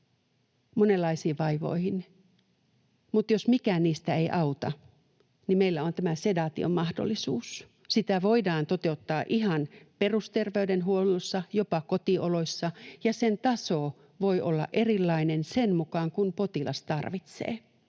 monenlaisiin vaivoihin, mutta jos mikään niistä ei auta, niin meillä on tämä sedaation mahdollisuus. Sitä voidaan toteuttaa ihan perusterveydenhuollossa, jopa kotioloissa, ja sen taso voi olla erilainen sen mukaan kuin potilas tarvitsee.